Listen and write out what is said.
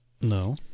No